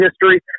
history